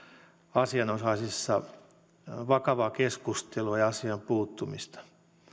asianosaisissa vakavaa keskustelua ja asiaan puuttumista